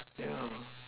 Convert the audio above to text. ya